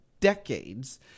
decades